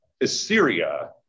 Assyria